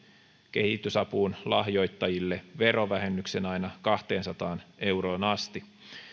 kehitysapuun lahjoittajille verovähennyksen aina kahteensataan euroon asti